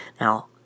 Now